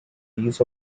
leaves